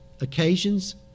occasions